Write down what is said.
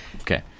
Okay